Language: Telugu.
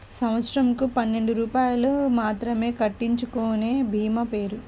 సంవత్సరంకు పన్నెండు రూపాయలు మాత్రమే కట్టించుకొనే భీమా పేరు?